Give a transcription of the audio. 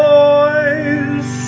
Boys